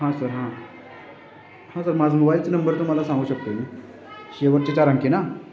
हां सर हां हां सर माझं मोबाईलचे नंबर तुम्हाला सांगू शकतो आहे मी शेवटची चार अंकी ना